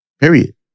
period